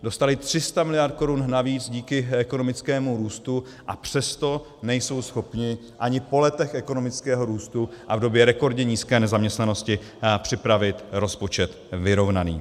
Dostali 300 mld. korun navíc díky ekonomickému růstu, a přesto nejsou schopni ani po letech ekonomického růstu a v době rekordně nízké nezaměstnanosti připravit rozpočet vyrovnaný.